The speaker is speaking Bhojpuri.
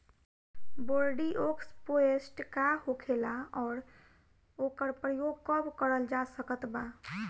बोरडिओक्स पेस्ट का होखेला और ओकर प्रयोग कब करल जा सकत बा?